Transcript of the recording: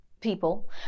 people